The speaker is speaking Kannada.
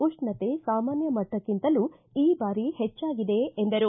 ಉಷ್ಣತೆ ಸಾಮಾನ್ಯ ಮಟ್ಟಕ್ಕಿಂತಲೂ ಈ ಬಾರಿ ಹೆಚ್ಚಾಗಿದೆ ಎಂದರು